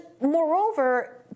moreover